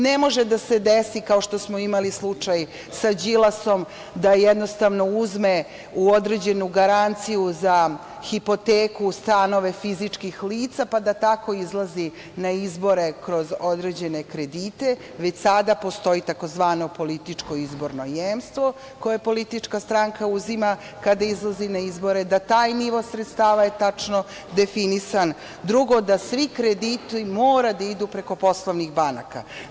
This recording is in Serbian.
Ne može da se desi, kao što smo imali slučaj za Đilasom, da jednostavno uzme u određenu garanciju za hipoteku stanove fizičkih lica, pa da tako izlazi na izbore kroz određene kredite, već sada postoji tzv. političko izborno jemstvo koje politička stranka uzima kada izlazi na izbore, da taj nivo sredstava je tačno definisan, drugo, da svi krediti moraju da idu preko poslovnih banaka.